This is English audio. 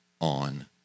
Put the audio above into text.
on